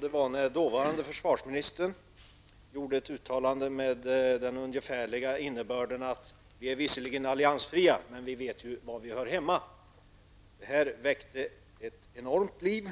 Den dåvarande försvarsministern gjorde då ett uttalande med ungefär följande innebörd: Vi är visserligen alliansfria, men vi vet ju var vi hör hemma. Det uttalandet förorsakade ett enormt liv.